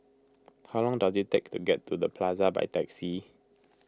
how long does it take to get to the Plaza by taxi